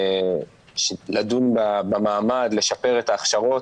לדון במעמד, לשפר את ההכשרות